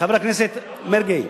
חבר הכנסת מרגי,